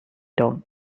town